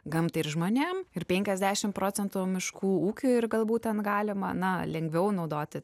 gamtai ir žmonėm ir penkiasdešim procentų miškų ūkiui ir galbūt ten galima na lengviau naudoti